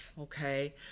okay